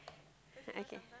okay